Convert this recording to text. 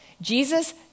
Jesus